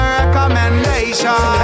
recommendation